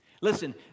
Listen